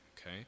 okay